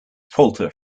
falter